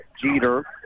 Jeter